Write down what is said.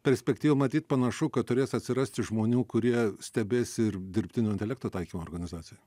perspektyvoj matyt panašu kad turės atsirasti žmonių kurie stebės ir dirbtinio intelekto taikymą organizacijoje